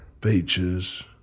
beaches